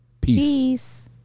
Peace